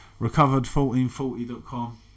recovered1440.com